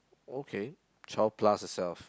okay twelve plus itself